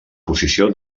posició